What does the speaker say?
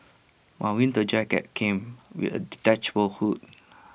my winter jacket came with A detachable hood